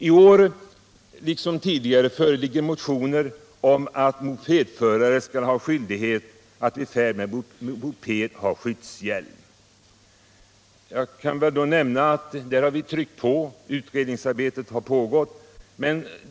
I år liksom tidigare föreligger motioner om att mopedförare skall ha skyldighet att vid färd med moped bära skyddshjälm. Jag kan då nämna att vi i det fallet har tryckt på. Utredningsarbetet har pågått.